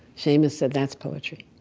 seamus said that's poetry,